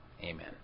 Amen